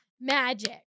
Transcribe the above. magic